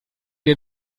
den